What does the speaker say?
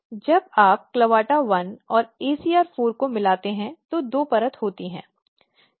जब आप clavata1 और acr4 को मिलाते हैं तो दो परत होती है